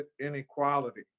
inequality